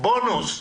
בונוס.